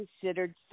considered